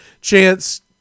chance